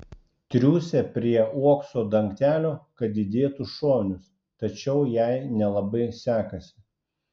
triūsia prie uokso dangtelio kad įdėtų šovinius tačiau jai nelabai sekasi